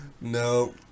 No